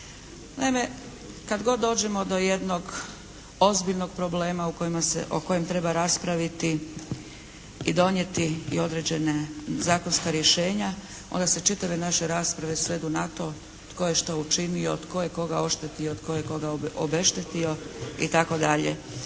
Naime, kad god dođemo do jednog ozbiljnog problema o kojem treba raspraviti i donijeti određena zakonska rješenja onda se čitave naše rasprave svedu na to tko je šta učinio, tko je koga oštetio, tko je koga obeštetio itd.